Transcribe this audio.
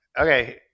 Okay